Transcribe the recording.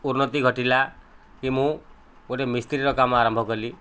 ଉନ୍ନତି ଘଟିଲାକି ମୁଁ ଗୋଟିଏ ମିସ୍ତ୍ରୀର କାମ ଆରମ୍ଭ କଲି